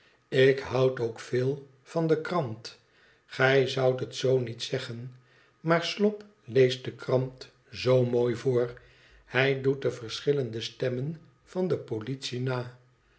ik houd ook veel van de krant gij zoudthet zoo niet zeggen maar slop leest de krant zoo mooi voor hij doet de verschillende stemmen van de politie na